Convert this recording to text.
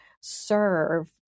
serve